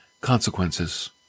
Consequences